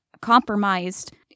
compromised